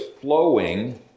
flowing